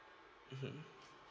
mmhmm